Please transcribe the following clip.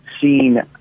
seen